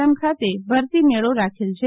I ખાતે ભરતી મેળો રાખેલ છે